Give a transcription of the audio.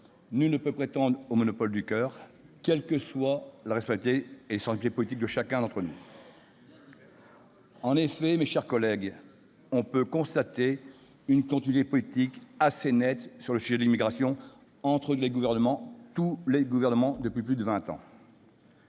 nul ne peut prétendre au « monopole du coeur », quelles que soient les responsabilités et les sensibilités politiques de chacun d'entre nous. En effet, mes chers collègues, on peut constater une continuité politique assez nette sur le sujet de l'immigration entre tous les gouvernements depuis plus de vingt ans.